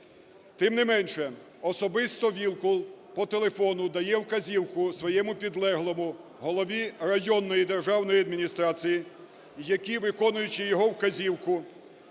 Тим не менше, особисто Вілкул по телефону дає вказівку своєму підлеглому, голові районної державної адміністрації, який, виконуючи його вказівку,